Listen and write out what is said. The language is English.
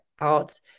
out